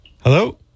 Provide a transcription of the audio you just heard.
Hello